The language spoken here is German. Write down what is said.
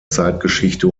zeitgeschichte